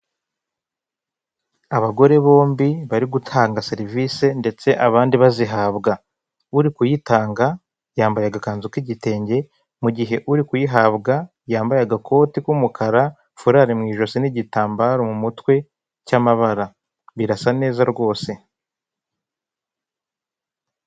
Abagore bombi bari gutanga serivisi ndetse abandi bazihabwa, uri kuyitanga yambaye agakanzu k'igitenge mu gihe uri kuyihabwa yambaye agakoti k'umukara furali mu ijosi n'igitambaro mu mutwe cy'amabara birasa neza rwose.